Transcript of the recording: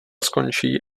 skončí